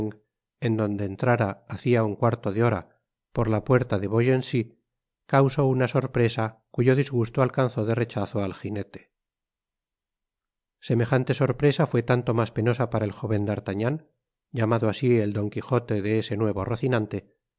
en donde entrara hacia un cuarto de hora por ta puerta de beaugency causó una sorpresa cuyo disgusto alcanzó de rechazo al ginete semejante sorpresa fué tanto mas penosa para el jóven d'artagnan llamado asi el don quijote de ese nuevo